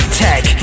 tech